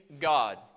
God